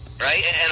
Right